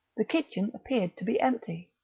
the kitchen appeared to be empty.